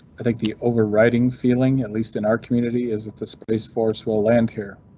i think the overriding feeling, at least in our community, is that the space force will land here.